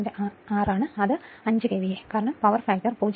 6 ആണ് അത് 5 KVA ആണ് കാരണം പവർ ഫാക്ടർ 0